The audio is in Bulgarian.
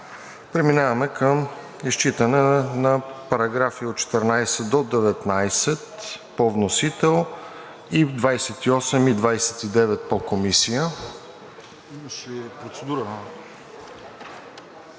Преминаваме към изчитане на параграфи от 14 до 19 по вносител и 28 и 29 по Комисия.